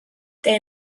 they